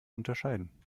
unterscheiden